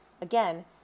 Again